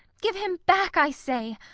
give him back, i say,